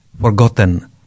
forgotten